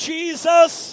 Jesus